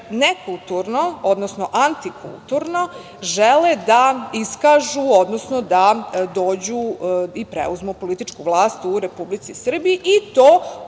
nekulturno, odnosno antikulturno žele da iskažu, odnosno da dođu i preuzmu političku vlast u Republici Srbiji i to